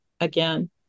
again